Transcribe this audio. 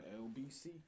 LBC